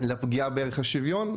לפגיעה בערך השוויון,